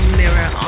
mirror